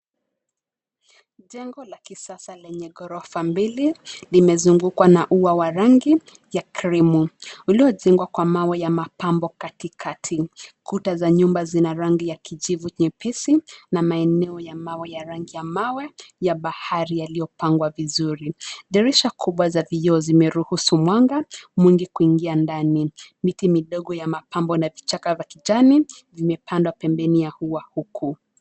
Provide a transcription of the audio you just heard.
Jengo la kisasa lenye ghorofa mbili. Limezungukwa na ua wa rangi ya krimu uliojengwa kwa mawe ya mapambo katikati. Kuta za nyumba zina rangi ya kijivu nyepesi na maeneo ya mawe ya rangi ya mawe ya bahari yaliyopangwa vizuri. Dirisha kubwa za vioo vimeruhusu mwanga mwingi kuingia ndani. Miti midogo ya mapambo na vichaka vya kijani, vimepandwa pembeni ya ua huku.